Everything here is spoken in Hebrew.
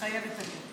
מתחייבת אני